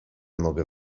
mogę